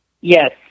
Yes